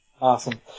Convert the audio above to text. Awesome